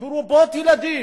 משפחות מרובות ילדים.